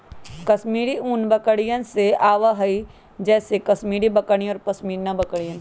कश्मीरी ऊन बकरियन से आवा हई जैसे कश्मीरी बकरियन और पश्मीना बकरियन